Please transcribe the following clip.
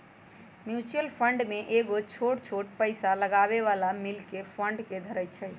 mutual fund में कयगो छोट छोट पइसा लगाबे बला मिल कऽ फंड के धरइ छइ